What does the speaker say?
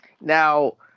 Now